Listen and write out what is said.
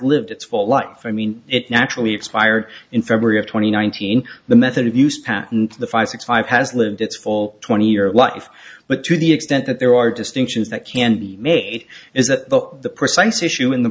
lived its whole life i mean it naturally expired in february of twenty nineteen the method of use patent the five six five has lived its full twenty year life but to the extent that there are distinctions that can be made is that the precise issue in the